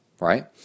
right